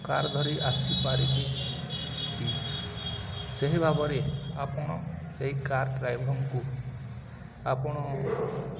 car ଧରି ଆସି ପାରିବେ କି ସେହି ଭାବରେ ଆପଣ ସେହି କାର୍ ଡ୍ରାଇଭରଙ୍କୁ ଆପଣ